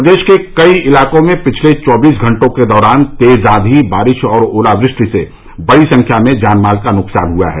प्रदेश के कई इलाकों में पिछले चौबीस घंटों के दौरान तेज आंधी बारिश और ओलावृष्टि से बड़ी संख्या में जानमाल का नुकसान हुआ है